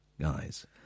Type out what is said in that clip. guys